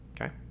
Okay